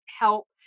help